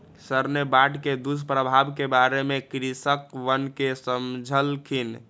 sir ने बाढ़ के दुष्प्रभाव के बारे में कृषकवन के समझल खिन